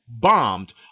bombed